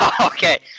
Okay